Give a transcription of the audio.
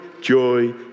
joy